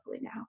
now